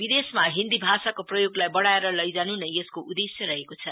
विदेशमा हिन्दी भाषाको प्रयोगलाई बढ़ाएर लैजानु नै यसको उद्श्य रहेको छ